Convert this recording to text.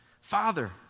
Father